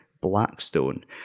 Blackstone